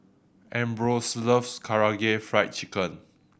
Ambrose loves Karaage Fried Chicken